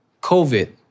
COVID